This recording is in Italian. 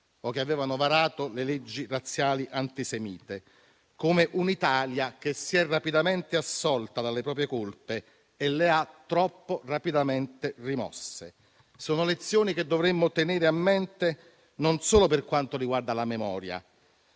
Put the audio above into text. o che avevano varato le leggi razziali antisemite, come un'Italia che si è rapidamente assolta dalle proprie colpe e le ha troppo rapidamente rimosse. Sono lezioni che dovremmo tenere a mente non solo per quanto riguarda la memoria,